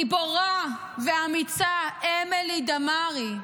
גיבורה ואמיצה אמילי דמארי,